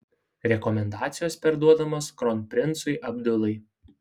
rekomendacijos perduodamos kronprincui abdulai